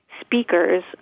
speakers